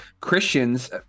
Christians